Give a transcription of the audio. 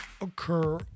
occur